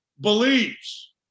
believes